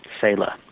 sailor